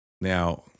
Now